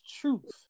truth